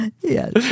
Yes